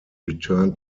return